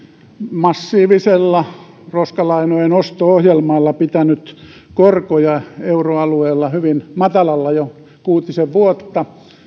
massiivisella roskalainojen osto ohjelmalla pitänyt korkoja euroalueella hyvin matalalla jo kuutisen vuotta